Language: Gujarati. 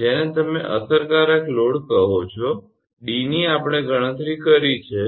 જેને તમે અસરકારક લોડ કહો છો d ની આપણે ગણતરી કરી છે